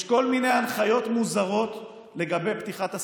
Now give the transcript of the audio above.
יש כל מיני הנחיות מוזרות לגבי פתיחת עסקים,